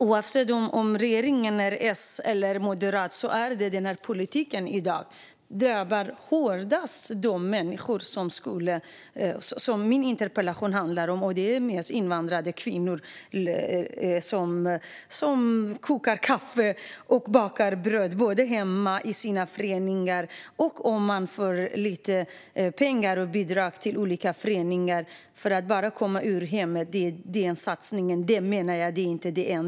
Oavsett om regeringen är socialdemokratisk eller moderat drabbar dagens politik invandrade kvinnor hårt. De får koka kaffe och baka bröd hemma och i sina föreningar. Att de får lite föreningsbidrag för att komma hemifrån räcker inte.